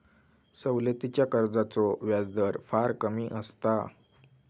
सवलतीच्या कर्जाचो व्याजदर फार कमी असता